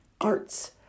arts